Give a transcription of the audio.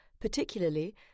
particularly